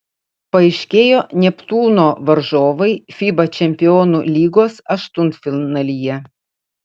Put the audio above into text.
paaiškėjo neptūno varžovai fiba čempionų lygos aštuntfinalyje